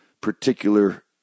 particular